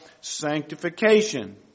sanctification